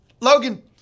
Logan